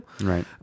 right